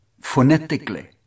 phonetically